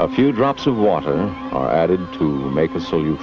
a few drops of water added to make it so you